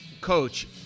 coach